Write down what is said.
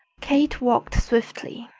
kate walked swiftly,